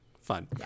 Fun